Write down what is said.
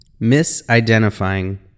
misidentifying